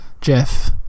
Jeff